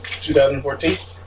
2014